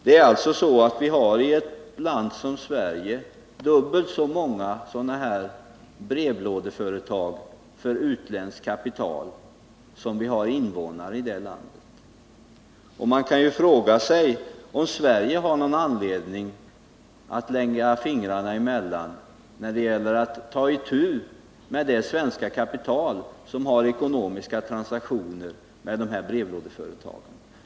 Det är alltså så att man i ett land som detta har dubbelt så många sådana här brevlådeföretag för utländskt kapital som man har invånare i landet. Det finns anledning att fråga sig om Sverige bör lägga fingrarna emellan när det gäller att ta itu med det svenska kapital som har ekonomiska transaktioner med de här brevlådeföretagen.